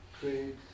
great